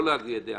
לא להביע דעה,